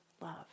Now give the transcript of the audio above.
love